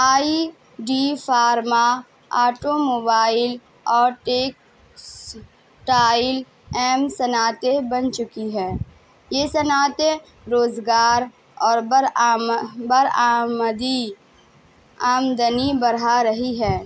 آئی T pharma automobile اور textile اہم صنعتیں بن چکی ہے یہ صنعتیں روزگار اور برآمہ برآمدی آمدنی بڑھا رہی ہے